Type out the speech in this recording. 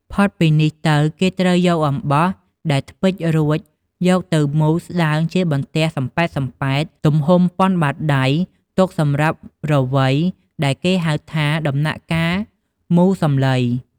ផុតពីនេះទៅគេត្រូវយកអំបោះដែលថ្ពេចរួចយកទៅមូរស្តើងជាបន្ទះសំប៉ែតៗទំហំប៉ុនបាតដៃទុកសម្រាប់រវៃដែលគេហៅថាដំណាក់កាលមូរសំឡី។